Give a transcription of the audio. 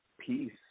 peace